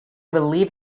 believe